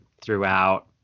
throughout